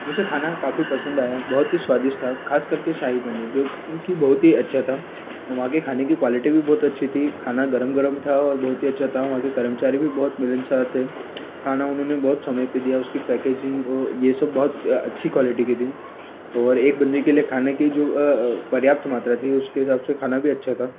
मुझे खाना काफ़ी पसंद आया बहुत ही स्वादिष्ट था ख़ास कर के शाही पनीर जो उनकी बहुत ही अच्छा था वहाँ के खाने की क्वालिटी भी बहुत अच्छी थी खाना गर्म गर्म था और बहुत ही अच्छा था वहाँ के कर्मचारी भी बहुत मिलनसार थे खाना उन्होंने बहुत समय पर दिया उसकी पैकेजिंग और यह सब बहुत अच्छी क्वालिटी की थी और एक बंदे के लिए खाने के जो पर्याप्त मात्रा थी उसके हिसाब से खाना भी अच्छा था